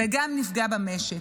וגם נפגע במשק.